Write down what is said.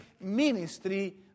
ministry